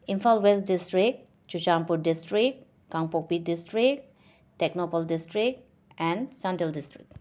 Imphal west district Churachandpur district Kangpokpi district Tengnoupal district and Chandel district